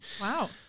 Wow